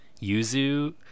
yuzu